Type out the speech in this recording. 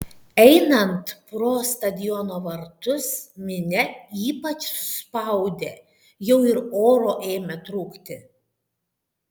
einant pro stadiono vartus minia ypač suspaudė jau ir oro ėmė trūkti